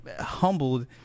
humbled